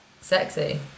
Sexy